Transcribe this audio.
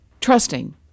trusting